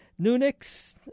Nunix